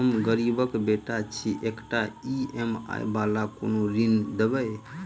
Sir हम गरीबक बेटा छी एकटा ई.एम.आई वला कोनो ऋण देबै?